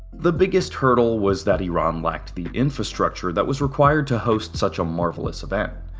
the biggest hurdle was that iran lacked the infrastructure that was required to host such a marvelous event.